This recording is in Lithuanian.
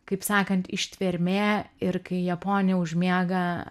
kaip sakant ištvermė ir kai japonija užmiega